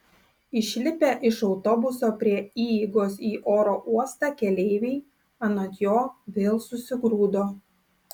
išlipę iš autobuso prie įeigos į oro uostą keleiviai anot jo vėl susigrūdo